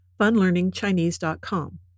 funlearningchinese.com